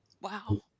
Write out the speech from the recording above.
wow